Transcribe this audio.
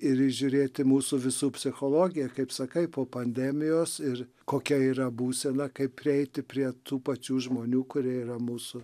ir žiūrėti mūsų visų psichologiją kaip sakai po pandemijos ir kokia yra būsena kaip prieiti prie tų pačių žmonių kurie yra mūsų